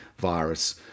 virus